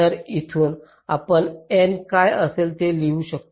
तर तिथून आपण एन काय असेल ते लिहू शकता